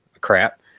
crap